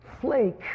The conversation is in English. flake